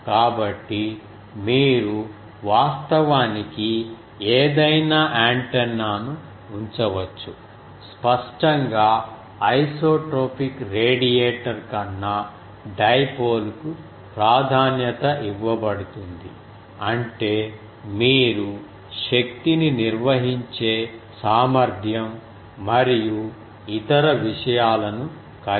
కాబట్టి మీరు వాస్తవానికి ఏదైనా యాంటెన్నాను ఉంచవచ్చు స్పష్టంగా ఐసోట్రోపిక్ రేడియేటర్ కన్నా డైపోల్ కు ప్రాధాన్యత ఇవ్వబడుతుంది అంటే మీరు శక్తిని నిర్వహించే సామర్ధ్యం మరియు ఇతర విషయాలను కలిగి ఉండాలి